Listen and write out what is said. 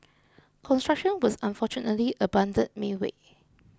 construction was unfortunately abandoned midway